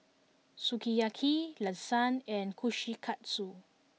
Sukiyaki Lasagne and Kushikatsu